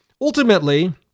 Ultimately